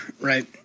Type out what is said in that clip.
right